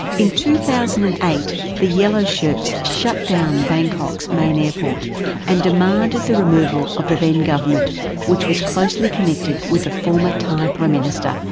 in two thousand and eight the yellow shirts shut down bangkok's main airport and demanded the removal of the then government which was closely connected with the former thai prime minister,